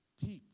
people